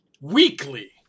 Weekly